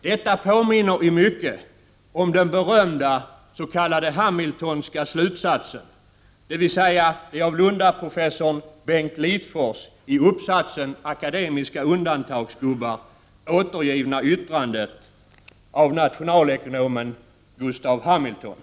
Detta påminner i mycket om den berömda s.k. Hamil tonska slutsatsen, dvs. det av lundaprofessorn Bengt Lidforss i uppsatsen Akademiska undantagsgubbar återgivna yttrandet av nationalekonomen Gustaf Hamilton.